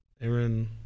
Aaron